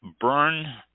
burn